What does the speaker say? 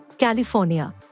California